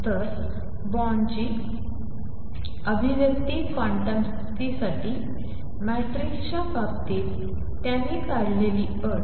तर बोर्नची अभिव्यक्ती क्वांटम स्थितीसाठी मॅट्रिक्सच्या बाबतीत त्याने काढलेली अट